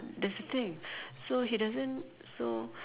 that's the thing so he doesn't so